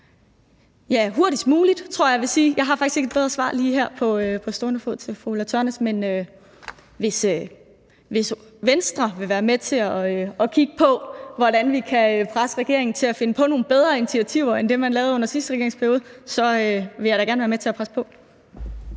Hurtigst muligt, tror jeg at jeg vil sige. Jeg har faktisk ikke her på stående fod et bedre svar til fru Ulla Tørnæs. Men hvis Venstre vil være med til at kigge på, hvordan vi kan presse regeringen til at finde på nogle bedre initiativer end dem, man lavede under sidste regeringsperiode, så vil jeg da gerne være med til at presse på.